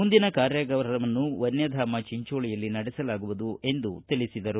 ಮುಂದಿನ ಕಾರ್ಯಾಗಾರವನ್ನು ವನ್ನಧಾಮ ಚಿಂಚೋಳಿಯಲ್ಲಿ ನಡೆಸಲಾಗುವುದು ಎಂದು ತಿಳಿಸಿದರು